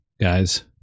guys